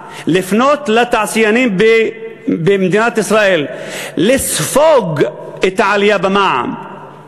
לפנות לתעשיינים במדינת ישראל לספוג את העלייה במע"מ,